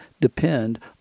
depend